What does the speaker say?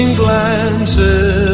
glances